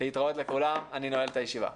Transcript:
להתראות לכולם, אני נועל את הישיבה.